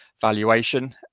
valuation